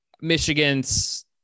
Michigan's